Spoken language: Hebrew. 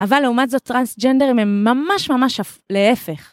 אבל לעומת זאת טרנסג'נדרים הם ממש ממש להפך.